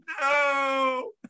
No